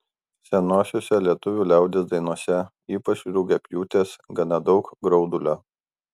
senosiose lietuvių liaudies dainose ypač rugiapjūtės gana daug graudulio